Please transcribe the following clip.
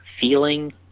feeling